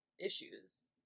issues